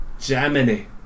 Germany